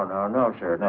not sure and